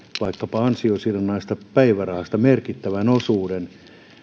vaikkapa ansiosidonnaisesta päivärahasta merkittävän osuuden